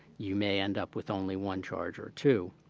you may end up with only one charge or too.